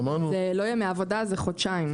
זה לא ימי עבודה, זה חודשיים.